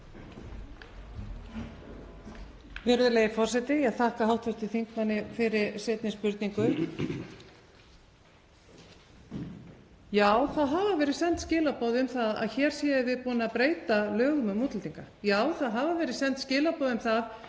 Virðulegi forseti. Ég þakka hv. þingmanni fyrir seinni spurningu. Já, það hafa verið send skilaboð um að hér séum við búin að breyta lögum um útlendinga. Já, það hafa verið send skilaboð um það